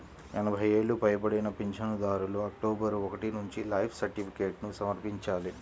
ఎనభై ఏళ్లు పైబడిన పింఛనుదారులు అక్టోబరు ఒకటి నుంచి లైఫ్ సర్టిఫికేట్ను సమర్పించాలి